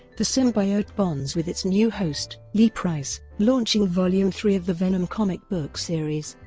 the symbiote bonds with its new host, lee price, launching volume three of the venom comic book series.